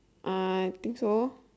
uh I think so